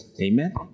Amen